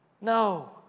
No